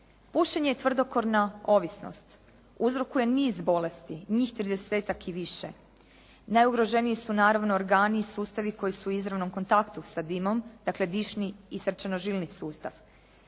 Pušenje je tvrdokorna ovisnost. Uzrokuje niz bolesti, njih tridesetak i više. Najugroženiji su naravno organi i sustavi koji su u izravnom kontaktu sa dimom dakle dišni i srčano žilni sustav.